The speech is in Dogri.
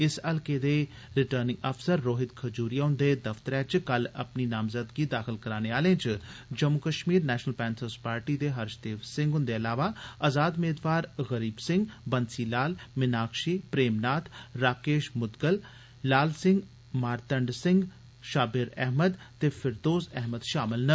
इस हलके दे रिटर्निंग अफसर रोहित खजूरिया ह्न्दे दफ्तरै च कल अपनी नामज़दगी दाखल करने आलें च Jammu Kashmir national Panthers party दे हर्ष देव सिंह ह्न्दे इलावा अज़ाद मेदवार गरीब सिंह बंसी लाल मीनाक्षी प्रेमनाथ राकेश मुदगल लाल सिंह मारतंड सिंह शाबेर अहमद ते फिरदौस अहमद शामल न